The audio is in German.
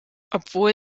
obwohl